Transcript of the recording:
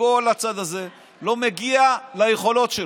בכל הצד הזה, לא מגיע ליכולות שלו,